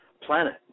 planet